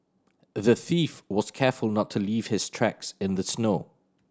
the thief was careful to not leave his tracks in the snow